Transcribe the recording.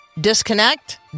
Disconnect